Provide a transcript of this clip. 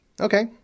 Okay